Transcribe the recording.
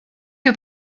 que